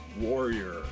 Warrior